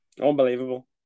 unbelievable